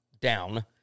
down